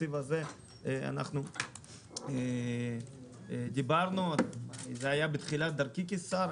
בתקציב הזה אנחנו דיברנו בתחילת דרכי כשר,